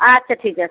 আচ্ছা ঠিক আছে